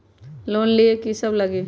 Loan लिए की सब लगी?